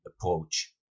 approach